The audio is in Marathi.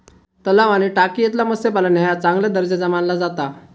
तलाव आणि टाकयेतला मत्स्यपालन ह्या चांगल्या दर्जाचा मानला जाता